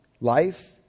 life